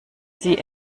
sie